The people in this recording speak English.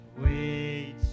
Wait